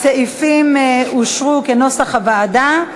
הסעיפים אושרו כנוסח הוועדה.